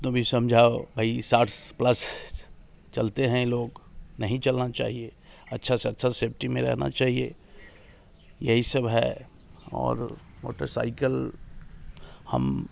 कितनों भी समझाओ भाई साठ प्लस चलते हैं लोग नहीं चलना चाहिए अच्छा से अच्छा सेफ्टी में रहना चाहिए यही सब है और मोटरसाइकिल हम